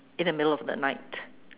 in the middle of the night